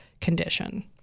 condition